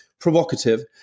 provocative